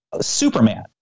Superman